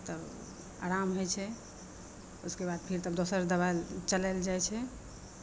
तब आराम होइ छै एहिके बाद फिर तब दोसर दबाइ चलाएल जाइ छै